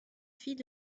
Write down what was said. fille